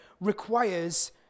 requires